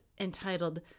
entitled